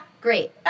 great